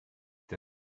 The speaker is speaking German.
der